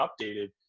updated